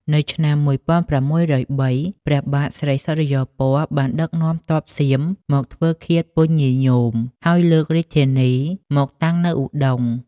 នៅឆ្នាំ ១៦០៣ ព្រះបាទស្រីសុរិយោពណ៌បានដឹកនាំទ័ពសៀមមកធ្វើឃាតពញាញោម ហើយលើករាជធានីមកតាំងនៅឧដុង្គ។